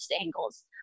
angles